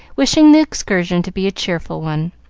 wishing the excursion to be a cheerful one.